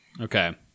Okay